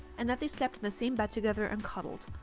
and that they slept in the same bed together and cuddled.